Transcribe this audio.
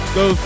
go